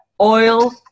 oil